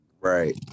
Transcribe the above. Right